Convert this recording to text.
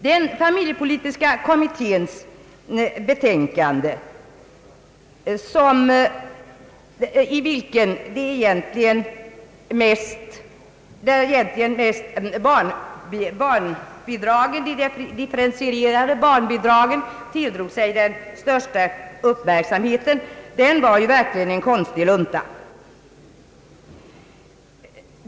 Den familjepolitiska kommitténs betänkande, i vilken de differentierade barnbidragen tilldrog sig den största uppmärksamheten, var verkligen en konstig lunta.